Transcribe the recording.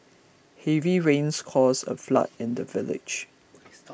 heavy rains caused a flood in the village